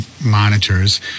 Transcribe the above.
monitors